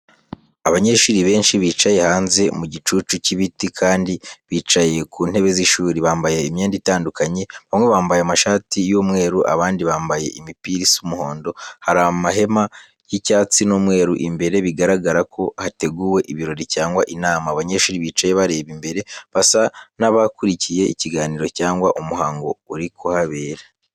Abanyeshuri benshi bicaye hanze mu gicucu cy'ibiti kandi bicaye ku ntebe z'ishuri. Bambaye imyenda itandukanye, bamwe bambaye amashati y'umweru, abandi bambaye imipira isa umuhondo. Hari amahema y'icyatsi n'umweru imbere, bigaragara ko hateguwe ibirori cyangwa inama. Abanyeshuri bicaye bareba imbere basa n'abakurikiye ikiganiro cyangwa umuhango uri kuhabera.